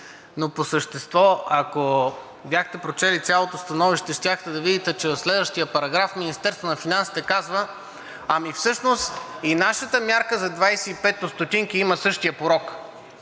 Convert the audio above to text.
но по същество, ако бяхте прочели цялото становище, щяхте да видите, че в следващия параграф Министерството на финансите казва: ами всъщност и нашата мярка за 25 ст. има същия порок.